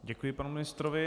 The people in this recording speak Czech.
Děkuji panu ministrovi.